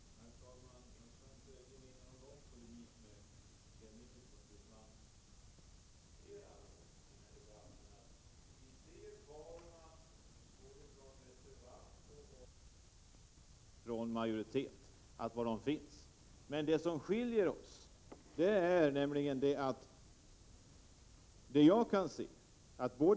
Herr talman! Jag skall inte ge mig in på någon lång polemik med Kjell Nilsson utan skall bara konstatera i denna debatt att både reservanter och majoritetsföreträdare ser de faror som finns men att våra uppfattningar skiljer sig i övrigt.